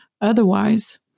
otherwise